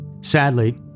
Sadly